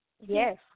yes